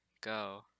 go